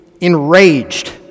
enraged